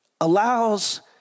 allows